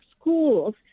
schools